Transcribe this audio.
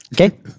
Okay